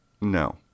No